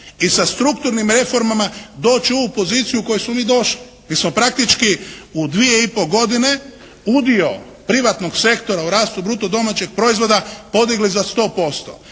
I sa strukturnim reformama doći će u ovu poziciju u koju smo mi došli. Mi smo praktički u dvije i po godine udio privatnog sektora u rastu bruto domaćeg proizvoda podigli za 100%.